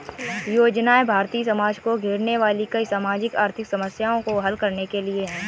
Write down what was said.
योजनाएं भारतीय समाज को घेरने वाली कई सामाजिक आर्थिक समस्याओं को हल करने के लिए है